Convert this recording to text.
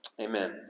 Amen